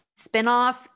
spinoff